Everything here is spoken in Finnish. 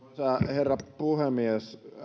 herra puhemies